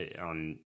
on